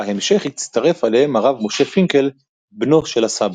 בהמשך הצטרף אליהם הרב משה פינקל, בנו של "הסבא".